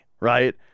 right